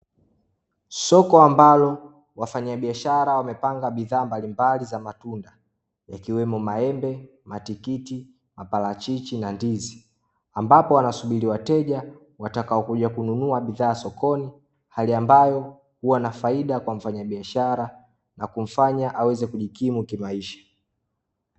Soko ambalo wafanyabiashara wamepanga bidhaa mbalimbali za matunda yakiwemo maembe, matikiti, maparachichi na ndizi. Ambapo wanasubiri wateja wataokuja kununua bidhaa sokoni hali ambayo hua na faida kwa mfanyabiahara na kumfanya aweze kujikimu kimaisha.